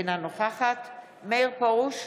אינה נוכחת מאיר פרוש,